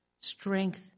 strength